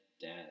dad